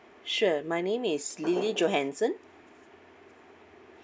sure my name is lily johansen